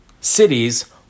cities